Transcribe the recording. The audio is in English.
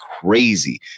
crazy